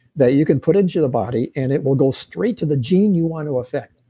that you can put into the body and it will go straight to the gene you want to affect.